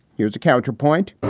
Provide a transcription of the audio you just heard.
here's a counterpoint.